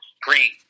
Green